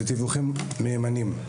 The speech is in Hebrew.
שאלה דיווחים מהימנים.